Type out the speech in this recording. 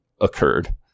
occurred